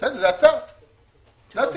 זה הסיפור.